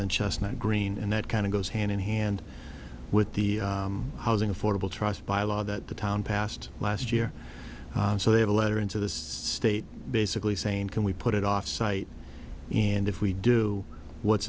than just not green and that kind of goes hand in hand with the housing affordable trust by law that the town passed last year so they have a letter into this state basically saying can we put it off site and if we do what's